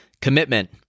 Commitment